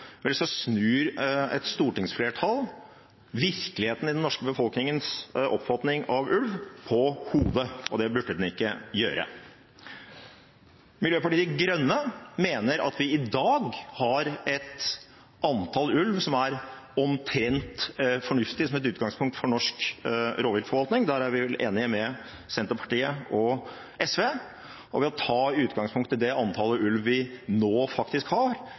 vel, da snur et stortingsflertall virkeligheten i den norske befolkningens oppfatning av ulv på hodet, og det burde det ikke gjøre. Miljøpartiet De Grønne mener at vi i dag har et antall ulv som er omtrent fornuftig som et utgangspunkt for norsk rovviltforvaltning. Der er vi vel enige med Senterpartiet og SV. Ved å ta utgangspunkt i det antallet ulv vi nå faktisk har,